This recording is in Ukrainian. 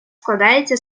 складається